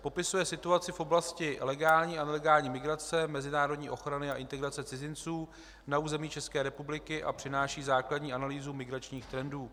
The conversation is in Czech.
Popisuje situaci v oblasti legální a nelegální migrace, mezinárodní ochrany a integrace cizinců na území České republiky a přináší základní analýzu migračních trendů.